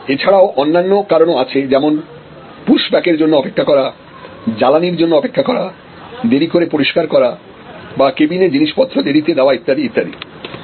এছাড়াও অন্যান্য কারণও আছে যেমন পুশব্যাকের জন্য অপেক্ষা করা জ্বালানির জন্য অপেক্ষা করা দেরি করে পরিষ্কার করা বা কেবিনে জিনিসপত্র দেরীতে দেওয়া ইত্যাদি ইত্যাদি